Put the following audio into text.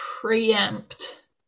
preempt